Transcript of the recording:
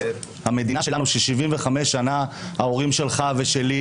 המדינה שלנו ש-75 שנה ההורים שלך ושלי